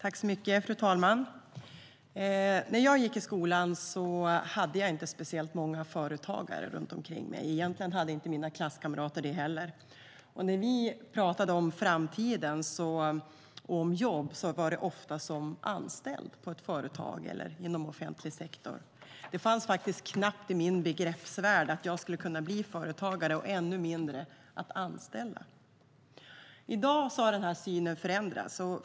Fru talman! När jag gick i skolan fanns det inte speciellt många företagare runt omkring mig. Egentligen hade mina klasskamrater inte det heller. När vi pratade om framtiden och jobb var det ofta som anställd på ett företag eller inom offentlig sektor. Det fanns knappt i min begreppsvärld att jag skulle kunna bli företagare och ännu mindre att anställa.I dag har den synen förändrats.